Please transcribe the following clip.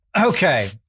Okay